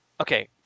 Okay